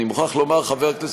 אני מוכרח לומר, חבר הכנסת,